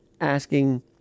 asking